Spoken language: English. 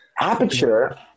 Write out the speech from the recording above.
Aperture